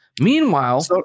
Meanwhile